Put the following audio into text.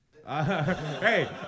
Hey